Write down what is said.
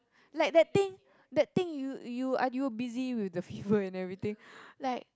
like that thing that thing you you I you were busy with the fever and everything like